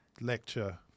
lecture